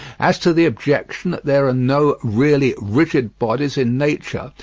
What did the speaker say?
as to the objection that there are no really rigid bodies in nature,